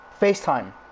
FaceTime